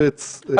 קובץ רעיוני.